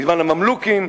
בזמן הממלוכים,